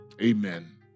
Amen